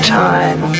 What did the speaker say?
time